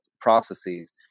processes